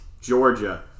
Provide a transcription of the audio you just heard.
Georgia